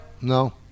No